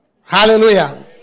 Hallelujah